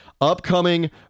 upcoming